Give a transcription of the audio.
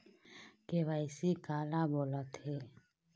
KYC काला बोलथें?